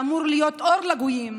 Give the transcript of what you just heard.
שאמור להיות אור לגויים,